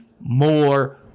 more